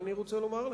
אני מודה לך.